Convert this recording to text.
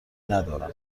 ندارم